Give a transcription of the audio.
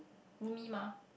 roomie mah